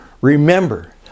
remember